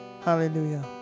Hallelujah